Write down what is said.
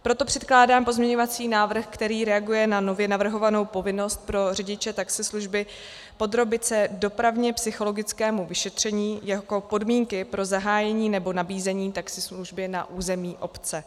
Proto předkládám pozměňovací návrh, který reaguje na nově navrhovanou povinnost pro řidiče taxislužby podrobit se dopravněpsychologickému vyšetření jako podmínku pro zahájení nebo nabízení taxislužby na území obce.